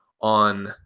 on